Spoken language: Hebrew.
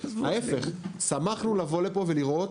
ההפך, שמחנו לבוא לפה ולראות